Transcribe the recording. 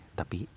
tapi